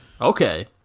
Okay